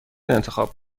انتخاب